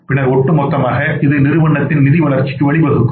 பின்னர் ஒட்டு மொத்தமாக இது நிறுவனத்தின் நிதி வளர்ச்சிக்கு வழிவகுக்கும்